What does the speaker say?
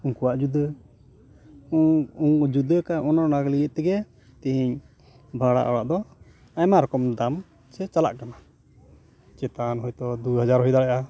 ᱩᱱᱠᱩᱣᱟᱜ ᱡᱩᱫᱟᱹ ᱩᱱ ᱩᱱ ᱡᱩᱫᱟᱠᱟᱱ ᱚᱱᱮ ᱚᱱᱟ ᱞᱟᱹᱜᱤᱫ ᱛᱮᱜᱮ ᱛᱮᱦᱮᱧ ᱵᱷᱟᱲᱟ ᱚᱲᱟᱜ ᱫᱚ ᱟᱭᱢᱟ ᱨᱚᱠᱚᱢ ᱫᱟᱢ ᱥᱮ ᱪᱟᱞᱟᱠᱟᱱᱟ ᱪᱮᱛᱟᱱ ᱦᱚᱭᱛᱚ ᱫᱩᱦᱟᱡᱟᱨ ᱦᱩᱭ ᱫᱟᱲᱮᱭᱟᱜᱼᱟ